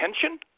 attention